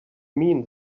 mean